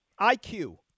IQ